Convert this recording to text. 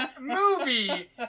movie